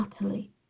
utterly